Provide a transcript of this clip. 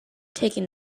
taking